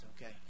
okay